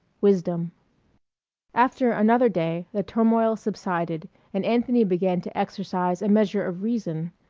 wisdom after another day the turmoil subsided and anthony began to exercise a measure of reason.